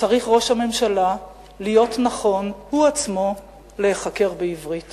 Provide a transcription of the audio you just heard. צריך ראש הממשלה להיות נכון הוא עצמו להיחקר בעברית